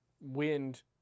wind